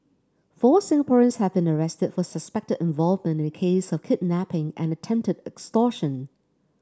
four Singaporeans have been arrested for suspected involvement in a case of kidnapping and attempted extortion